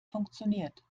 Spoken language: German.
funktioniert